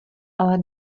ale